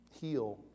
heal